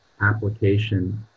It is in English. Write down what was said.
application